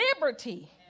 Liberty